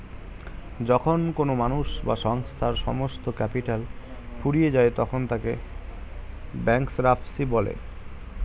যখন কোনো মানুষ বা সংস্থার সমস্ত ক্যাপিটাল ফুরিয়ে যায় তখন তাকে ব্যাঙ্করাপ্সি বলে